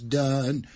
done